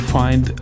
find